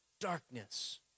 darkness